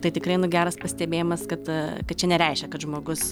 tai tikrai nu geras pastebėjimas kad kad čia nereiškia kad žmogus